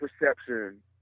perception